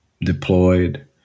deployed